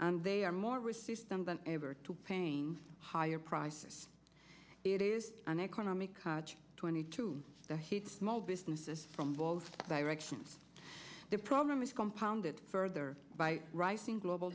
and they are more respects them than ever to pains higher prices it is an economic twenty two the heat small businesses from both directions the problem is compounded further by rising global